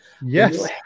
Yes